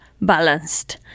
balanced